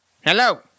Hello